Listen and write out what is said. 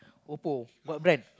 Oppo what brand